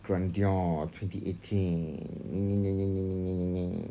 grandeur twenty eighteen